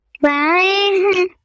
Bye